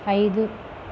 ఐదు